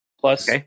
plus